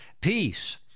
Peace